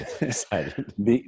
excited